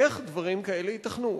איך דברים כאלה ייתכנו?